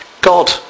God